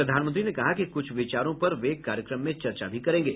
प्रधानमंत्री ने कहा कि कुछ विचारों पर वे कार्यक्रम में चर्चा भी करेंगे